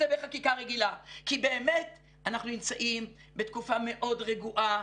זה בחקיקה רגילה כי באמת אנחנו נמצאים בתקופה מאוד רגועה,